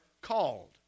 called